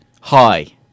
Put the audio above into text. Hi